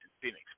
Phoenix